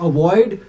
Avoid